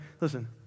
Listen